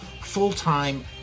full-time